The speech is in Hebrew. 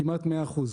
כ-100%.